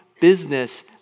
business